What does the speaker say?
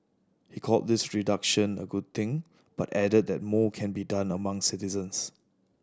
he called this reduction a good thing but added that more can be done among citizens